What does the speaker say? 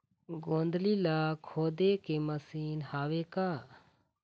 गोंदली ला खोदे के मशीन हावे का?